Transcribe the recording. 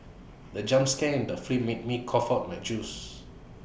the jump scare in the film made me cough out my juice